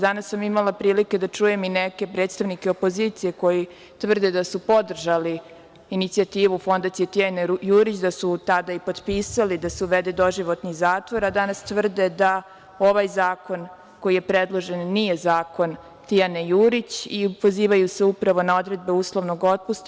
Danas sam imala prilike da čujem i neke predstavnike opozicije, koji tvrde da su podržali inicijativu Fondacije "Tijane Jurić", da su tada i potpisali da se uvede doživotni zatvor, a danas tvrde da ovaj zakon, koji je predložen, nije zakon Tijane Jurić i pozivaju se upravo na odredbe uslovnog otpusta.